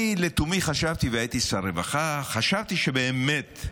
אני לתומי חשבתי, והייתי שר הרווחה, חשבתי שבאמת,